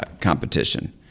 competition